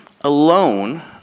alone